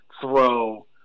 throw